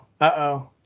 Uh-oh